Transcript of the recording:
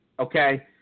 Okay